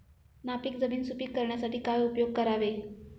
नापीक जमीन सुपीक करण्यासाठी काय उपयोग करावे?